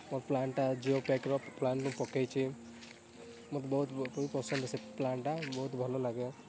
ମୋର ପ୍ଲାନ୍ଟା ଜିଓ ପ୍ୟାକର ପ୍ଲାନ୍ ମୁଁ ପକାଇଛି ମୋତେ ବହୁତ ବହୁତ୍ ପସନ୍ଦ ଆସେ ସେ ପ୍ଲାନ୍ଟା ବହୁତ ଭଲ ଲାଗେ